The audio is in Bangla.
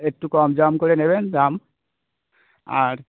একটু কম ঝম করে নেবেন দাম আর